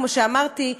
כמו שאמרתי,